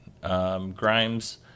Grimes